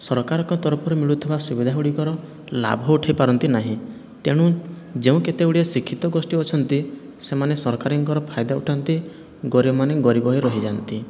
ସରକାରଙ୍କ ତରଫରୁ ମିଳୁଥିବା ସୁବିଧାଗୁଡ଼ିକର ଲାଭ ଉଠାଇପାରନ୍ତି ନାହିଁ ତେଣୁ ଯେଉଁ କେତେଗୁଡ଼ିଏ ଶିକ୍ଷିତ ଗୋଷ୍ଠୀ ଅଛନ୍ତି ସେମାନେ ସରକାରୀଙ୍କ ଫାଇଦା ଉଠାନ୍ତି ଗରିବମାନେ ଗରିବ ହୋଇ ରହିଯାଆନ୍ତି